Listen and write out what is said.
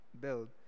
build